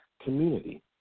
community